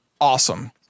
Awesome